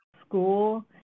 school